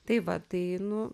tai va tai nu